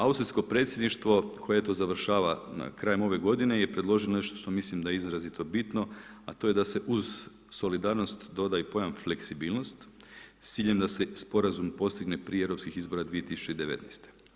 Austrijsko predsjedništvo koje eto završava krajem ove godine je predloženo nešto što mislim da je izrazito bitno, a to je da se uz solidarnost doda i pojam fleksibilnost s ciljem da se Sporazum postigne prije europskih izbora 2019.